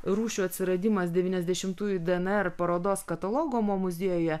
rūšių atsiradimas devyniasdešimtųjų dnr parodos katalogo mo muziejuje